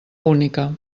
única